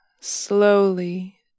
slowly